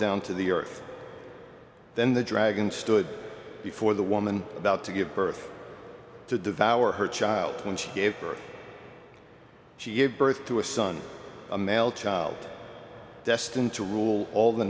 down to the earth then the dragon stood before the woman about to give birth to devour her child when she gave birth she gave birth to a son a male child destined to rule all the